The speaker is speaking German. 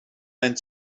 einen